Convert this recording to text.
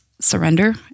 surrender